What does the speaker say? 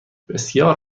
بسیار